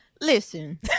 listen